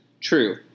true